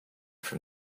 from